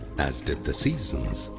as did the seasons.